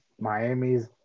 Miami's